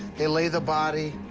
they lay the body